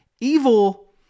Evil